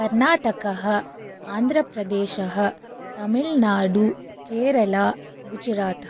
कर्णाटकः आन्ध्रप्रदेशः तमिल्नाडु केरला गुजरातः